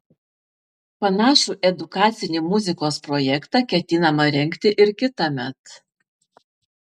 panašų edukacinį muzikos projektą ketinama rengti ir kitąmet